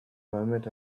moment